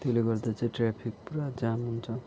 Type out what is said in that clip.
त्यसले गर्दा चाहिँ ट्राफिक पुरा जाम हुन्छ